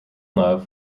love